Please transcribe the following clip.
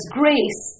grace